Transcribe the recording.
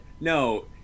No